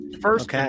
First